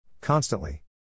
Constantly